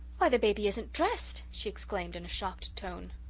why, the baby isn't dressed! she exclaimed, in a shocked tone.